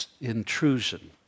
intrusion